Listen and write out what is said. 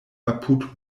apud